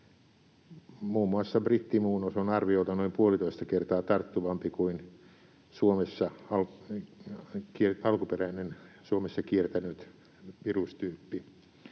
Muun muassa brittimuunnos on arviolta noin puolitoista kertaa tarttuvampi kuin alkuperäinen Suomessa kiertänyt virustyyppi.